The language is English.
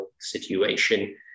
situation